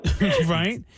Right